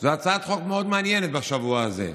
זו הצעת חוק מאוד מעניינת בשבוע הזה.